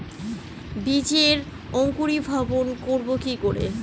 বীজের অঙ্কুরিভবন করব কি করে?